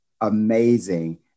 amazing